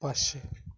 पाचशे